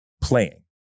playing